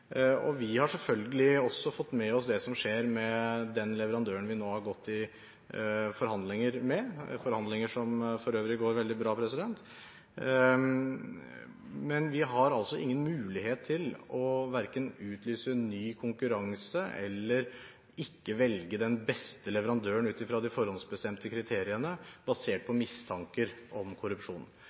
Vi har selvfølgelig også fått med oss det som skjer med den leverandøren vi nå har gått i forhandlinger med – forhandlinger som for øvrig går veldig bra. Men vi har ingen mulighet til verken å utlyse ny konkurranse eller ikke å velge den beste leverandøren ut fra de forhåndsbestemte kriteriene, basert på mistanker om korrupsjon.